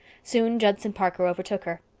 soon judson parker overtook her.